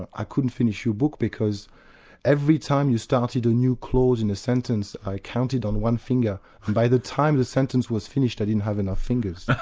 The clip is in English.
i couldn't finish your book because every time you started a new clause in a sentence, i counted on one finger, and by the time the sentence was finished, i didn't have enough fingers.